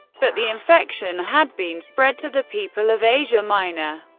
but the infection had been spread to the people of asia minor.